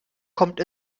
kommt